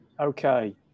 Okay